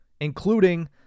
including